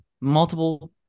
multiple